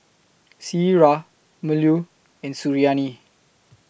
Syirah Melur and Suriani